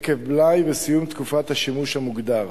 עקב בלאי וסיום תקופת השימוש המוגדר.